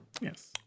yes